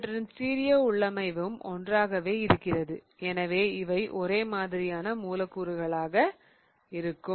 இவற்றின் ஸ்டீரியோ உள்ளமைவும் ஒன்றாகவே இருக்கிறது எனவே இவை ஒரே மாதிரியான மூலக்கூறுகளாக இருக்கும்